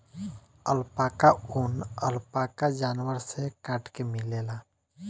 alpaca ऊन, alpaca जानवर से काट के मिलेला